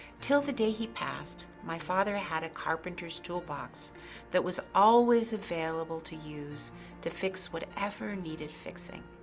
till the day he passed, my father had a carpenter's toolbox that was always available to use to fix whatever needed fixing.